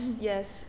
yes